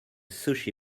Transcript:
sushi